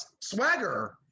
swagger